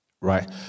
right